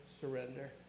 surrender